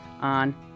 on